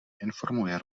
informuje